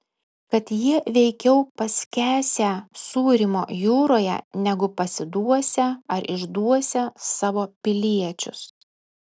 kad jie veikiau paskęsią sūrymo jūroje negu pasiduosią ar išduosią savo piliečius